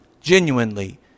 genuinely